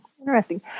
Interesting